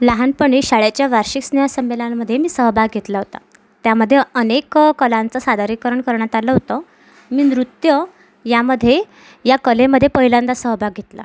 लहानपणी शाळेच्या वार्षिक स्नेहसंमेलनामध्ये मी सहभाग घेतला होता त्यामध्ये अनेक कलांचं सादरीकरण करण्यात आलं होतं मी नृत्य यामध्ये या कलेमध्ये पहिल्यांदा सहभाग घेतला